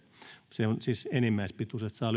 se on siis enimmäispituus niin että saa